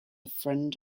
friend